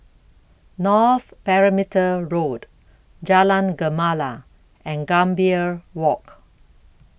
North Perimeter Road Jalan Gemala and Gambir Walk